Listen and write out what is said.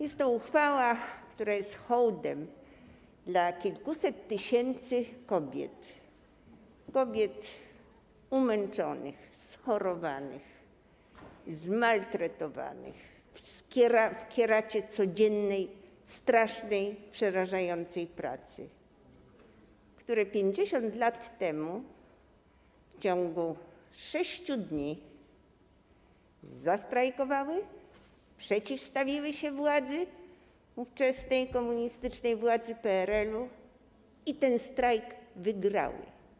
Jest to uchwała, która jest hołdem dla kilkuset tysięcy kobiet: umęczonych, schorowanych, zmaltretowanych, w kieracie codziennej strasznej, przerażającej pracy, kobiet, które 50 lat temu w ciągu 6 dni zastrajkowały, przeciwstawiły się ówczesnej, komunistycznej władzy PRL i ten strajk wygrały.